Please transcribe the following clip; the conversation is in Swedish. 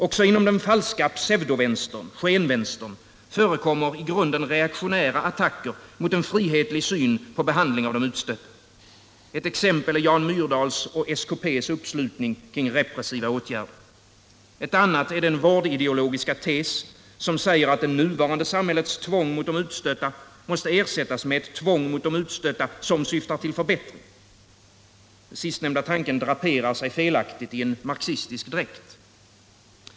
Också inom den falska pseudovänstern, skenvänstern, förekommer i grunden reaktionära attacker mot en frihetlig syn på behandling av de utstötta. Ett exempel är Jan Myrdals och SKP:s uppslutning kring repressiva åtgärder. Ett annat är den vårdideologiska tes som säger att det nuvarande samhällets tvång mot de utstötta måste ersättas med ett tvång mot de utstötta vilket syftar till förbättring. Den sistnämnda tanken draperar sig felaktigt i en marxistisk dräkt.